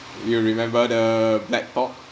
you remember the black pork